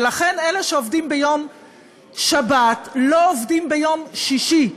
ולכן, אלה שעובדים ביום שבת, לא עובדים ביום שישי.